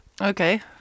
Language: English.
Okay